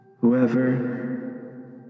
Whoever